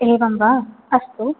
एवं वा अस्तु